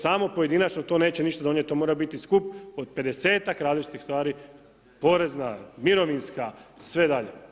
Samo pojedinačno to neće ništa donijeti, to mora biti skup od 50-ak različitih stvari, porezna, mirovinska, sve dalje.